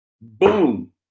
boom